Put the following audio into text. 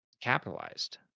Capitalized